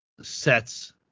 sets